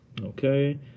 okay